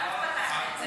את פתחת את זה.